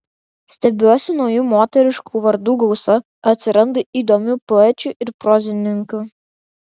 stebiuosi naujų moteriškų vardų gausa atsiranda įdomių poečių ir prozininkių